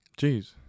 Jeez